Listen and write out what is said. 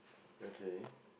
okay